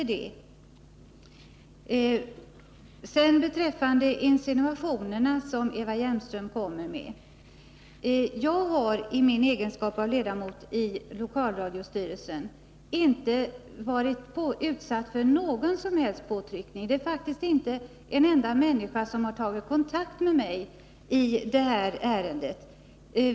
För det andra vill jag säga, beträffande de insinuationer som Eva Hjelmström kommer med, att jag i min egenskap av ledamot i lokalradiostyrelsen inte har varit utsatt för någon som helst påtryckning. Det är faktiskt inte en enda människa som har tagit kontakt med mig i det här ärendet.